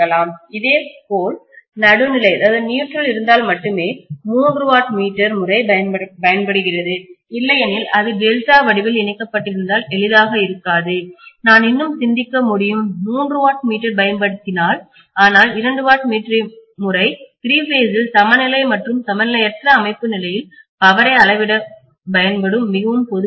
இதேபோல் நடுநிலைநியூட்ரல் இருந்தால் மட்டுமே மூன்று வாட் மீட்டர் முறை பயன்படுகிறது இல்லையெனில் அது டெல்டா வடிவில் இணைக்கப்பட்டிருந்தால் எளிதாக இருக்காது நாம் இன்னும் சிந்திக்க முடியும மூன்று வாட் மீட்டர் பயன்படுத்தினால்ஆனால் இரண்டு வாட் மீட்டர் முறை திரி பேஸ்சில் சமநிலை மற்றும் சமநிலையற்ற அமைப்பு நிலையில் பவரை அளவிட பயன்படும் மிகவும் பொதுவான முறை